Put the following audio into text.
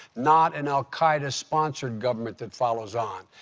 not an al-qaida-sponsored government that follows on.